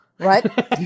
Right